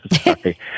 Sorry